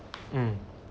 hmm